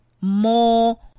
more